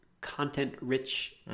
content-rich